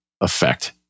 effect